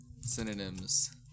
synonyms